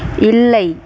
இல்லை